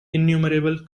innumerable